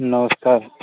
ନମସ୍କାର